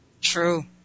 True